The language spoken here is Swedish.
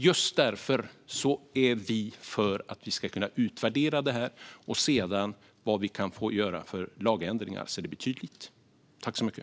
Just därför är vi för att lagstiftningen utvärderas för att se vad det kan göras för lagändringar så att det blir tydligt.